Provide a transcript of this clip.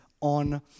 on